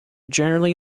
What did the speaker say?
generally